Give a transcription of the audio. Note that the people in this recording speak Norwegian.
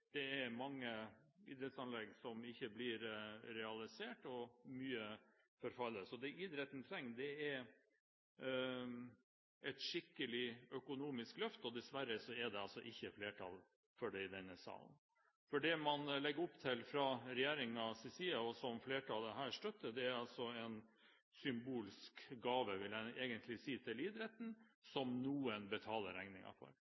Det er mange idrettsanlegg som ikke blir realisert, og mye forfaller. Det idretten trenger, er et skikkelig økonomisk løft. Dessverre er det ikke flertall for det i denne salen. Det man legger opp til fra regjeringens side, og som flertallet her støtter, er en symbolsk gave, vil jeg si, til idretten, som noen andre betaler regningen for.